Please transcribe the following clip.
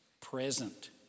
present